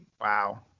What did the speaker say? Wow